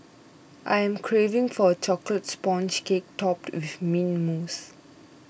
I am craving for a Chocolate Sponge Cake Topped with Mint Mousse